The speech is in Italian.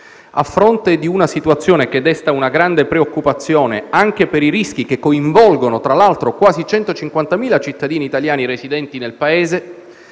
A fronte di una situazione che desta una grande preoccupazione, anche per i rischi che coinvolgono, tra l'altro, quasi 150.000 cittadini italiani residenti nel Paese,